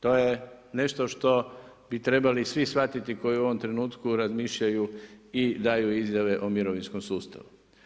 To je nešto što bi trebali svi shvatiti koji u ovom trenutku razmišljaju i daju izjave o mirovinskom sustavu.